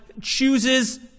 chooses